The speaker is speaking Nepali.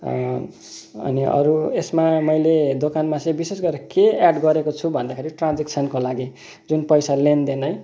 अनि अरू यसमा मैले दोकानमा चाहिँ विशेष गरी के एड गरेको छु भन्दाखेरि ट्रान्ज्याक्सनको लागि जुन पैसा लेनदेन है